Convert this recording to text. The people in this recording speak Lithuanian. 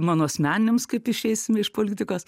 mano asmeniniams kaip išeisime iš politikos